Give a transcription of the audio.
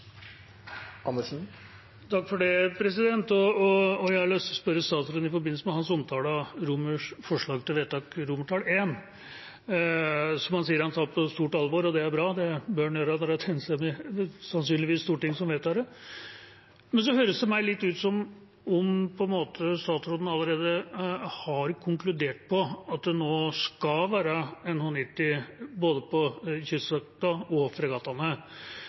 Jeg har lyst å spørre statsråden om hans omtale av forslag til vedtak I, som han sa han tar på stort alvor. Det er bra, og det bør han gjøre når det sannsynligvis blir et enstemmig storting som vedtar det. Men det høres ut for meg litt som om statsråden allerede har konkludert med at det nå skal være NH90 på både Kystvakten og fregattene.